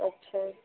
अच्छा